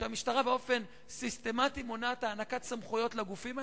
שהמשטרה באופן סיסטמטי מונעת הענקת סמכויות לגופים האלה.